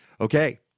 Okay